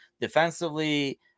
defensively